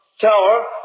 tower